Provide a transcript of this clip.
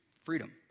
freedom